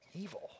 Evil